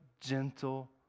gentle